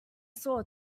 saw